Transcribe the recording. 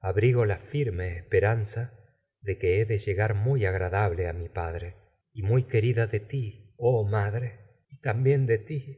abrigo la firme esperanza muy de que he de llegar agradable y a mi padre y muy querida mío de ti oh madre también de mis ti